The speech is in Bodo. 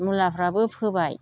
मुलाफ्राबो फोबाय